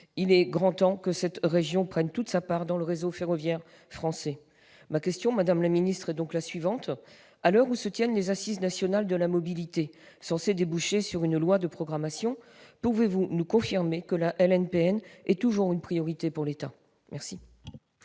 Il est grand temps que cette région prenne toute sa place dans le réseau ferroviaire français. Madame la secrétaire d'État, à l'heure où se tiennent les assises nationales de la mobilité, censées déboucher sur une loi de programmation, pouvez-vous nous confirmer que la LNPN est toujours une priorité pour l'État ? La